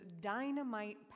dynamite